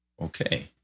Okay